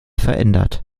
verändert